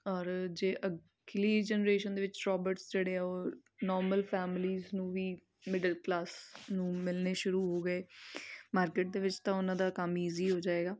ਔਰ ਜੇ ਅਗਲੀ ਜਨਰੇਸ਼ਨ ਦੇ ਵਿੱਚ ਰੋਬਟਸ ਜਿਹੜੇ ਆ ਉਹ ਨੋਰਮਲ ਫੈਮਿਲੀਜ਼ ਨੂੰ ਵੀ ਮਿਡਲ ਕਲਾਸ ਨੂੰ ਮਿਲਣੇ ਸ਼ੁਰੂ ਹੋ ਗਏ ਮਾਰਕੀਟ ਦੇ ਵਿੱਚ ਤਾਂ ਉਹਨਾਂ ਦਾ ਕੰਮ ਈਜ਼ੀ ਹੋ ਜਾਵੇਗਾ